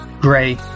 gray